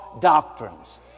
doctrines